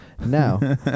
Now